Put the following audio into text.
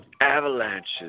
avalanches